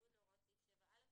בניגוד להוראות סעיף 7(א),